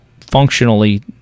functionally